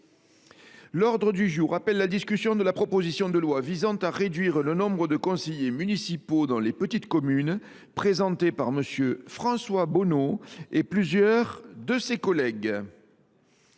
groupe Union Centriste, la discussion de la proposition de loi visant à réduire le nombre de conseillers municipaux dans les petites communes, présentée par M. François Bonneau et plusieurs de ses collègues